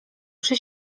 przy